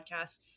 podcast